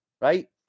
Right